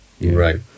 Right